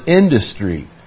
industry